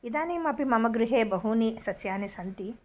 इदानीमपि मम गृहे बहूनि सस्यानि सन्ति